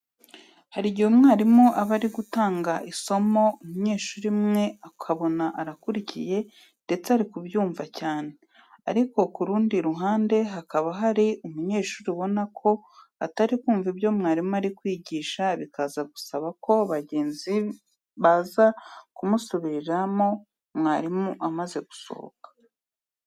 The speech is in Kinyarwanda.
Hari igihe umwarimu aba ari gutanga isomo, umunyeshuri umwe ukabona arakurikiye ndetse ari kubyumva cyane, ariko ku rundi ruhande hakaba hari umunyeshuri ubona ko atari kumva ibyo mwarimu ari kwigisha, bikaza gusaba ko bagenzi baza kumusubiriramo mwarimu amaze gusohoka.